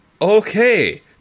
Okay